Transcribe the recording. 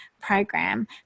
program